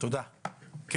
אני